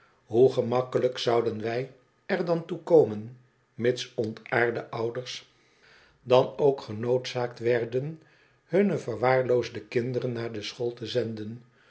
hoe gemakkelijk zouden wij er dan toe komen mits ontaarde ouders dan ook genoodzaakt werden hunne verwaarloosde kinderen naar de school te zenden